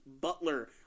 Butler